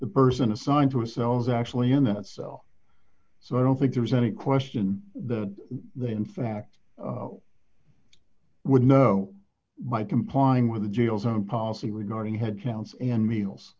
the person assigned to a sells actually in that cell so i don't think there's any question that they in fact would know by complying with the jail's own policy regarding head counts and meals